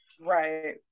right